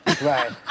Right